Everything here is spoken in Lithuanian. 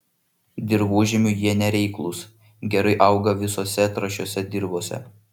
dirvožemiui jie nereiklūs gerai auga visose trąšiose dirvose